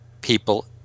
people